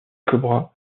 cobra